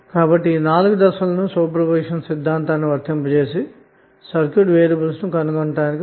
కాబట్టిఈ 4 దశలను ఉపయోగించి సూపర్పోజిషన్ సిద్ధాంతాన్ని వర్తింపజేయుట ద్వారా సర్క్యూట్ వేరియబుల్స్ను కనుగొనవచ్చు అన్న మాట